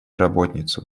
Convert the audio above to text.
работницу